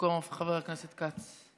במקומו חבר הכנסת כץ.